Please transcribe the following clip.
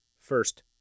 first